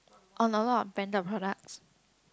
on a lot of branded products